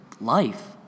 life